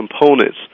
components